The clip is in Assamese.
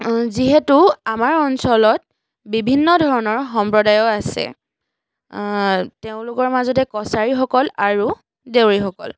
যিহেতু আমাৰ অঞ্চলত বিভিন্ন ধৰণৰ সম্প্ৰদায়ো আছে তেওঁলোকৰ মাজতে কছাৰীসকল আৰু দেউৰীসকল